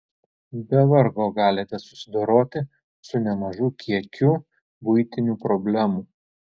be vargo galite susidoroti su nemažu kiekiu buitinių problemų